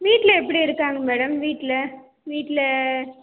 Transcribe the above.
வீட்டில் எப்படி இருக்காங்க மேடம் வீட்டில் வீட்டில்